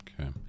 okay